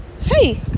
Hey